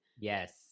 Yes